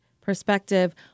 perspective